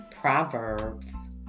Proverbs